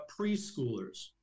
preschoolers